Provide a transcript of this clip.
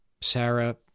Sarah